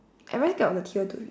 I always got the